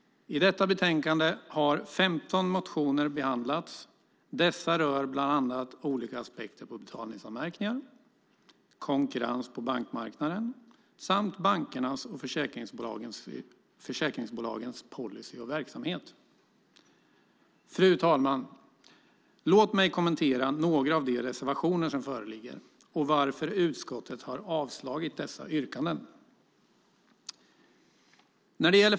I betänkandet har 15 motioner behandlats. Dessa rör bland annat olika aspekter på betalningsanmärkningar, konkurrens på bankmarknaden samt bankernas och försäkringsbolagens policy och verksamhet. Fru talman! Låt mig kommentera några av de reservationer som föreligger och varför utskottet har avslagit dessa yrkanden.